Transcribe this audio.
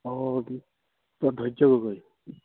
অঁ এইটো ধৈৰ্য গগৈ